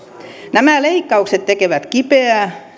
nämä leikkaukset tekevät kipeää